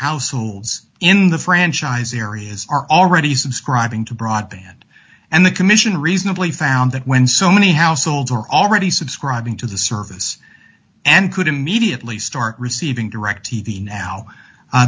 households in the franchise areas are already subscribing to broadband and the commission reasonably found that when so many households were already subscribing to the service and could immediately start receiving direct t v now